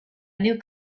new